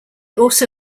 also